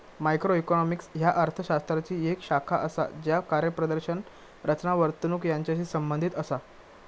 macroeconomics ह्या अर्थ शास्त्राची येक शाखा असा ज्या कार्यप्रदर्शन, रचना, वर्तणूक यांचाशी संबंधित असा